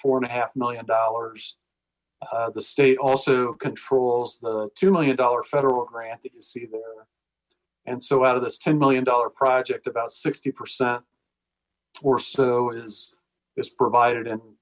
four and a half million dollars the state also controls the two million dollar federal grant you see there and so out of this ten million project about sixty percent or so is this provided in